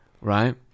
Right